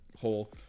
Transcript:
whole